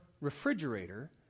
refrigerator